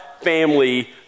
family